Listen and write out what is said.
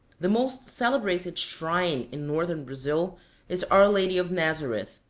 the most celebrated shrine in northern brazil is our lady of nazareth.